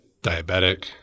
diabetic